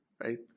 right